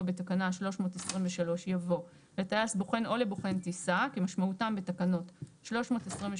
בתקנה 323" יבוא: "לטייס בוחן או לבוחן טיסה כמשמעותם בתקנות 323,